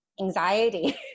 anxiety